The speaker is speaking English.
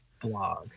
blog